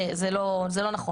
זה לא נכון.